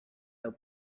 the